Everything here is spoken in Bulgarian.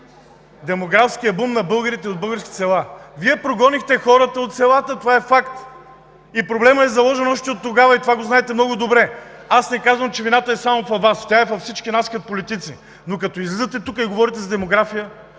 Демографският бум на българите е от българските села. Вие прогонихте хората от селата – това е факт. И проблемът е заложен още оттогава и това го знаете много добре! Аз не казвам, че вината е само във Вас. Тя е във всички нас, като политици, но като излизате тук и говорите за демография,